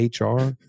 HR